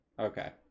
Okay